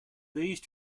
these